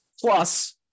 Plus